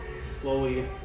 slowly